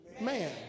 man